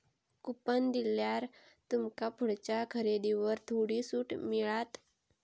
coupon दिल्यार तुमका पुढच्या खरेदीवर थोडी सूट मिळात